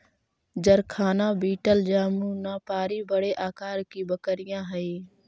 जरखाना बीटल जमुनापारी बड़े आकार की बकरियाँ हई